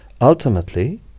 Ultimately